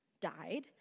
died